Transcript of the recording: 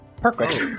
perfect